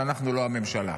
שאנחנו לא הממשלה.